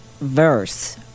verse